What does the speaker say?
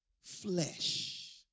flesh